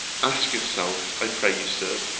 ask yourself, i pray you, sir,